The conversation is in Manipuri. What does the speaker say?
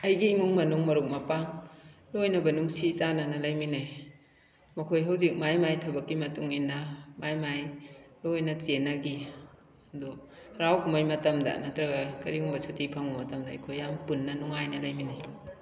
ꯑꯩꯒꯤ ꯏꯃꯨꯡ ꯃꯅꯨꯡ ꯃꯔꯨꯞ ꯃꯄꯥꯡ ꯂꯣꯏꯅꯃꯛ ꯅꯨꯡꯁꯤ ꯆꯥꯟꯅꯅ ꯂꯩꯃꯤꯟꯅꯩ ꯃꯈꯣꯏ ꯍꯧꯖꯤꯛ ꯃꯥꯏ ꯃꯥꯏ ꯊꯕꯛꯀꯤ ꯃꯇꯨꯡ ꯏꯟꯅ ꯃꯥꯏ ꯃꯥꯏ ꯂꯣꯏꯅ ꯆꯦꯟꯅꯈꯤ ꯑꯗꯣ ꯍꯔꯥꯎ ꯀꯨꯝꯃꯩ ꯃꯇꯝꯗ ꯅꯠꯇ꯭ꯔꯒ ꯀꯔꯤꯒꯤꯒꯨꯝꯕ ꯁꯨꯇꯤ ꯐꯪꯕ ꯃꯇꯝꯗ ꯑꯩꯈꯣꯏ ꯌꯥꯝ ꯄꯨꯟꯅ ꯅꯨꯡꯉꯥꯏꯅ ꯂꯩꯃꯤꯟꯅꯩ